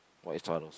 what is churros